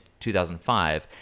2005